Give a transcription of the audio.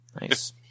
Nice